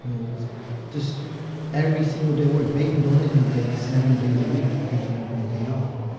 you know, it's just every single day work. baking doughnut you bake seven days a week. there's never a day off.